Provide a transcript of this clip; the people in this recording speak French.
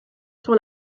sur